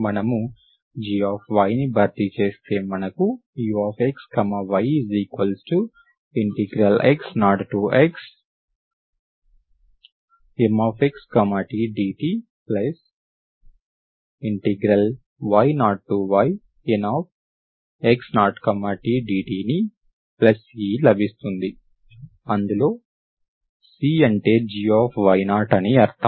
మనం gy ను భర్తీ చేస్తే మనకు ux yx0xMxt dty0yNx0t dtC లభిస్తుంది అందులో C అంటే gy0 అని అర్థం